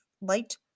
light